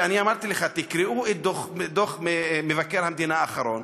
ואני אמרתי לך: תקראו את דוח מבקר המדינה האחרון,